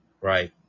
Right